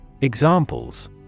Examples